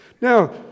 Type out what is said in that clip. Now